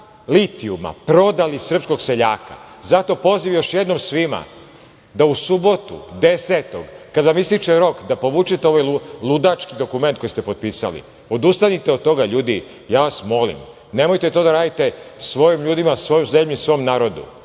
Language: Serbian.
litijuma prodali srpskog seljaka. Zato poziv još jednom svima da u subotu, 10-og, kada vam ističe rok da povučete ovaj ludački dokument koji ste potpisali, odustanite od toga, ljudi, ja vas molim. Nemojte to da radite svojim ljudima, svojoj zemlji, svom narodu.